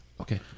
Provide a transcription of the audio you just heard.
Okay